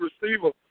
receiver